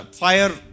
fire